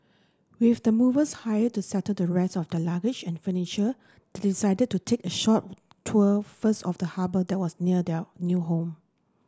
with the movers hired to settle the rest of their luggage and furniture they decided to take a short tour first of the harbour that was near their new home